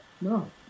No